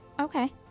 Okay